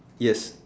yes